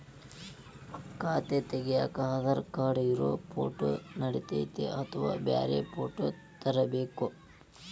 ಖಾತೆ ತಗ್ಯಾಕ್ ಆಧಾರ್ ಕಾರ್ಡ್ ಇರೋ ಫೋಟೋ ನಡಿತೈತ್ರಿ ಅಥವಾ ಬ್ಯಾರೆ ಫೋಟೋ ತರಬೇಕೋ?